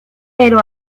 pero